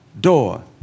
door